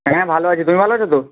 হ্যাঁ ভালো আছি তুমি ভালো আছো তো